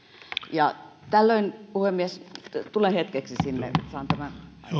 ja tällöin puhemies tulen hetkeksi sinne saan tämän